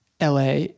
LA